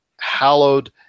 hallowed